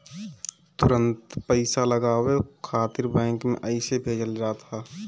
तुरंते पईसा लगावे खातिर बैंक में अइसे भेजल जात ह